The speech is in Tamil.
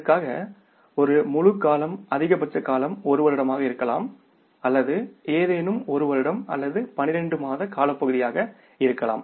அதற்கு ஒரு முழு அதிகபட்ச காலம் ஒரு வருடமாக இருக்கலாம் அல்லது ஏதேனும் ஒரு வருடம் அல்லது 12 மாத காலப்பகுதியாக இருக்கலாம்